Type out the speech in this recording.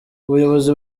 ubuyobozi